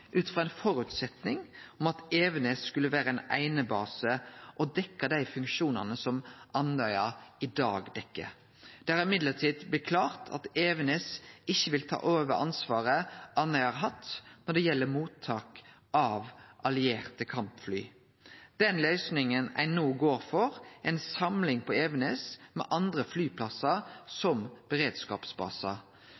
ut frå ein føresetnad om at Evenes skulle vere ein éinbase og dekkje dei funksjonane som Andøya i dag dekkjer. Men det har blitt klart at Evenes ikkje vil ta over ansvaret Andøya har hatt når det gjeld mottak av allierte kampfly. Den løysinga ein no går for, er ei samling på Evenes, med andre flyplassar